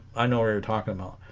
i know we were talking about